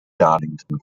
darlington